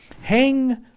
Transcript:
Hang